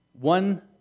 one